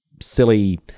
silly